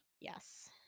Yes